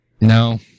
No